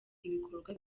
ibikorwa